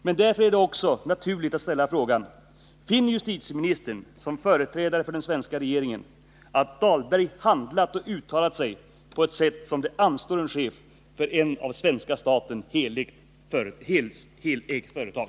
Men därför är det också naturligt att ställa frågan: Finner justitieministern, som företrädare för den svenska regeringen, att Dahlberg handlat och uttalat sig på ett sätt som anstår en chef för ett av svenska statens helägt företag?